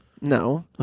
No